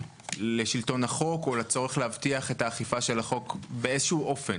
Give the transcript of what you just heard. לשלטון החוק או לצורך להבטיח את אכיפת החוק באיזשהו אופן